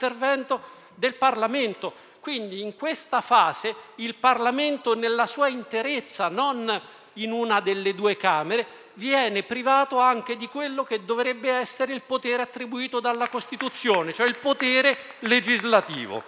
del Parlamento. Quindi, in questa fase il Parlamento nella sua interezza, non in una delle due Camere, viene privato anche del potere attribuito dalla Costituzione, cioè quello legislativo.